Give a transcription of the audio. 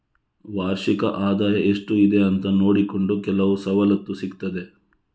ವಾರ್ಷಿಕ ಆದಾಯ ಎಷ್ಟು ಇದೆ ಅಂತ ನೋಡಿಕೊಂಡು ಕೆಲವು ಸವಲತ್ತು ಸಿಗ್ತದೆ